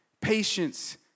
patience